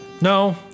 No